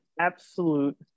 absolute